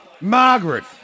Margaret